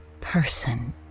person